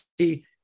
see